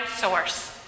source